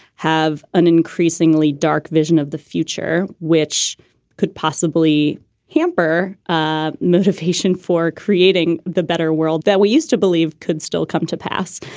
have an increasingly dark vision of the future, which could possibly hamper ah motivation for creating the better world that we used to believe could still come to pass.